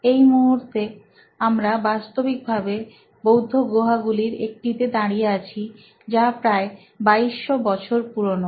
এই মুহুর্তে আমরা বাস্তবিকভাবে বৌদ্ধগুহাগুলির একটি তে দাঁড়িয়ে আছি যা প্রায় 2200 বছর পুরানো